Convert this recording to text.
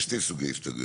יש שתי סוגי הסתייגויות.